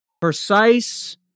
precise